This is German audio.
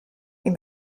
ihm